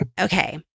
Okay